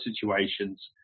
situations